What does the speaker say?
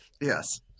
Yes